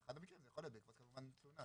מירה, בבקשה.